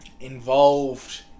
involved